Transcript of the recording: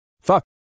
Fuck